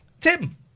Tim